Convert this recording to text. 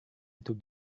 itu